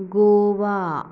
Goa